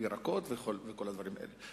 ירקות וכל הדברים האלה.